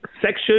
section